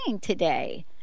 today